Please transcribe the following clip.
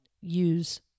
use